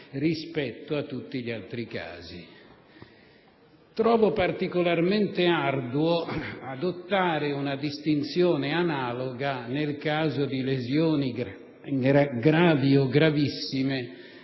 persona che ne è vittima. Trovo particolarmente arduo adottare una distinzione analoga nel caso di lesioni gravi o gravissime